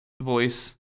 voice